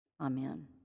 Amen